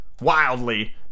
wildly